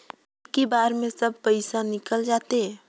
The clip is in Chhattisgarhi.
इक्की बार मे सब पइसा निकल जाते?